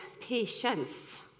patience